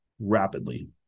rapidly